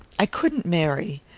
i couldn't marry.